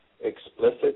explicit